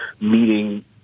meeting